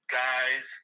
guys